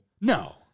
No